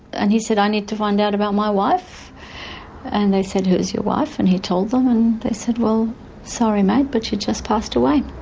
and he said i need to find out about my wife and they said who's your wife, and he told them and they said well sorry mate, but she just passed away.